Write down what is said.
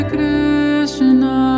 Krishna